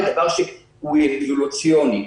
היא דבר שהוא אבולוציוני.